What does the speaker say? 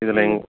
இதுலேங்